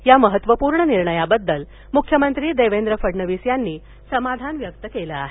या महत्त्वपूर्ण निर्णयाबद्दल मुख्यमंत्री देवेंद्र फडणवीस यांनी समाधान व्यक्त केल आहे